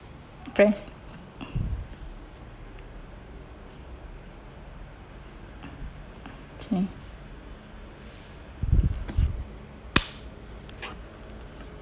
press okay